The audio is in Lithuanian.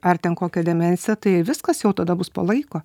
ar ten kokia demencija tai viskas jau tada bus po laiko